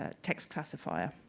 ah text classifier.